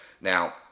Now